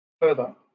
Further